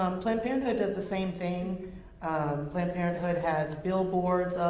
um planned parenthood does the same thing um planned parenthood has billboards